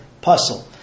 puzzle